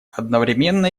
одновременно